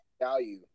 value